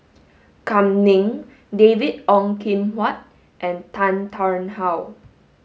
Kam Ning David Ong Kim Huat and Tan Tarn How